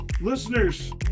Listeners